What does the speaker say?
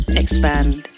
expand